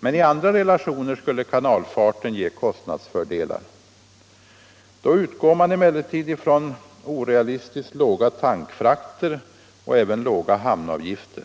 men i andra relationer skulle kanalfarten ge kostnadsfördelar. Då utgår man emellertid från orealistiskt låga tankfrakter och även låga hamnavgifter.